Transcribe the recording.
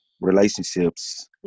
relationships